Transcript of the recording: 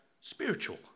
spiritual